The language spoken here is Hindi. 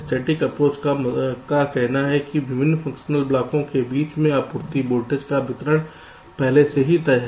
स्टेटिक अप्रोच का कहना है कि विभिन्न फंक्शनल ब्लॉकों के बीच में आपूर्ति वोल्टेज का वितरण पहले से तय है